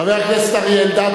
חבר הכנסת אריה אלדד,